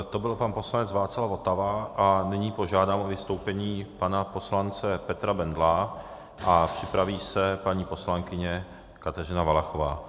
To byl pan poslanec Václav Votava a nyní požádám o vystoupení pana poslance Petra Bendla a připraví se paní poslankyně Kateřina Valachová.